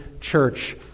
church